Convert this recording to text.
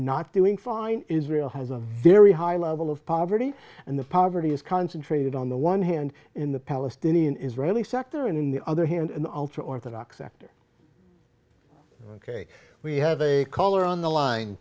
not doing fine israel has i'm very high level of poverty and the poverty is concentrated on the one hand in the palestinian israeli sector and in the other hand in the ultra orthodox sector ok we have a caller on the line